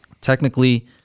technically